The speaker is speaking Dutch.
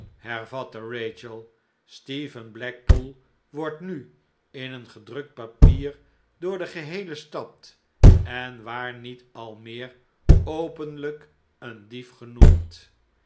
hervatte rachel stephen blackpool wordt nu in een gedrukt papier door de geheele stad en waar niet al meer openlijk een dief genoemd